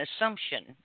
assumption